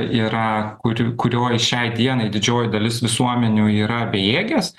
yra kuri kurioj šiai dienai didžioji dalis visuomenių yra bejėgės